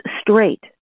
straight